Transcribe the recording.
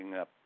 up